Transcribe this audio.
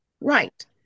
Right